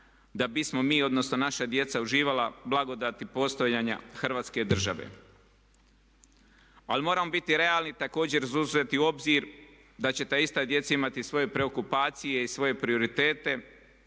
da bismo mi odnosno naša djeca uživala blagodati postojanja Hrvatske države. Ali moramo biti realni, također uzeti u obzir da će ta ista djeca imati svoje preokupacije i svoje prioritete